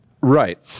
right